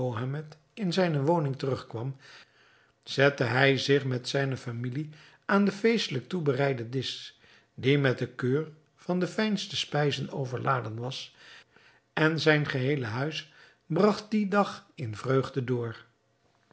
in zijne woning terugkwam zette hij zich met zijne familie aan den feestelijk toebereiden disch die met de keur van de fijnste spijzen overladen was en zijn geheele huis bragt dien dag in vreugde door